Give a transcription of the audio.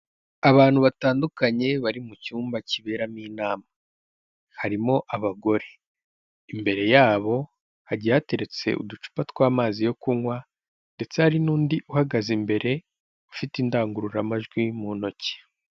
Abantu batandukanye bari mu cyumba kiberamo inama. Harimo abagore. Imbere yabo hagiye hateretse uducupa tw'amazi yo kunywa, ndetse hari n'undi uhagaze imbere, ufite indangururamajwi mu ntoki.